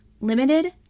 limited